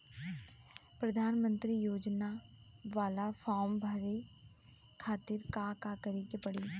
प्रधानमंत्री योजना बाला फर्म बड़े खाति का का करे के पड़ी?